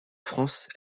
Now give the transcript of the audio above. france